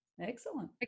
Excellent